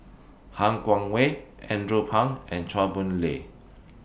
Han Guangwei Andrew Phang and Chua Boon Lay